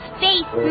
Space